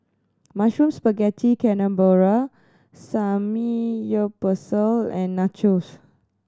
Mushroom Spaghetti Carbonara Samgyeopsal and Nachos